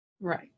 Right